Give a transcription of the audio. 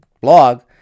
blog